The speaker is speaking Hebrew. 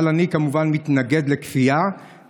אבל אני כמובן מתנגד לכפייה,